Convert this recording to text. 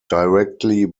directly